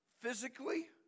physically